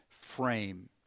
frame